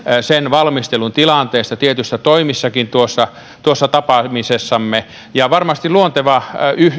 sen valmistelun tilanteesta ja tietyistä toimistakin tuossa tuossa tapaamisessamme ja varmasti luonteva